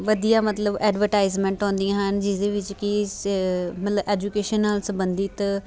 ਵਧੀਆ ਮਤਲਬ ਐਡਵਰਟਾਈਜਮੈਂਟ ਆਉਂਦੀਆਂ ਹਨ ਜਿਸਦੇ ਵਿੱਚ ਕਿ ਸ ਮਤਲਬ ਐਜੂਕੇਸ਼ਨ ਨਾਲ ਸੰਬੰਧਿਤ